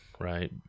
Right